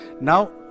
now